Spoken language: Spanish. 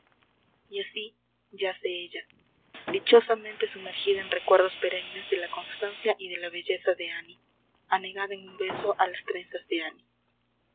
y así yace ella dichosamente sumergida en recuerdos perennes de la constancia y de la belleza de annie anegada en un beso a las trenzas de annie